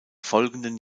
folgenden